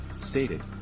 stated